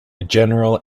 general